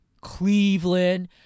Cleveland